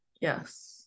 yes